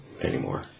anymore